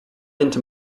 into